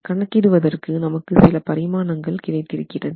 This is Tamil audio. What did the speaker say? கணக்கிடுவதற்கு நமக்கு சில பரிமாணங்கள் கிடைத்திருக்கிறது